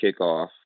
kickoff